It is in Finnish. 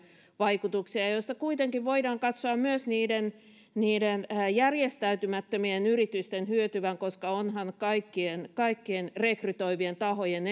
vaikutuksia kenellekään ja josta kuitenkin voidaan katsoa myös niiden niiden järjestäytymättömien yritysten hyötyvän onhan kaikkien kaikkien rekrytoivien tahojen